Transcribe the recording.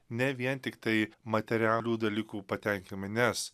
ne vien tiktai materialių dalykų patenkinami nes